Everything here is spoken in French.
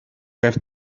rêve